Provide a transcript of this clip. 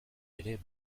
ere